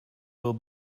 will